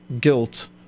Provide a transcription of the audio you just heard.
guilt